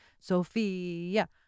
Sophia